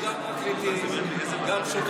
חקרתי גם פרקליטים, גם שוטרים.